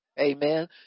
amen